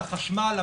החשמל,